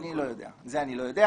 אני לא יודע, את זה אני לא יודע.